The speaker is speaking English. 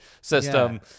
system